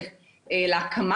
הפעימה השלישית ניתנת בסוף ההכשרה,